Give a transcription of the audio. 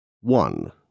One